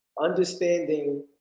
Understanding